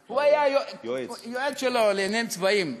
נכון?